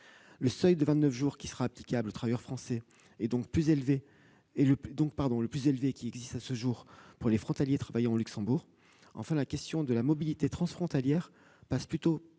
Le seuil de vingt-neuf jours qui sera applicable aux travailleurs français est donc le plus élevé qui existe à ce jour pour les frontaliers travaillant au Luxembourg. Enfin, la question de la mobilité transfrontalière passe plutôt,